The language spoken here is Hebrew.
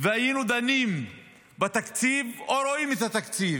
והיינו דנים בתקציב או רואים את התקציב?